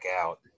out